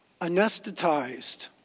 anesthetized